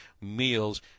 meals